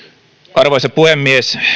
arvoisa puhemies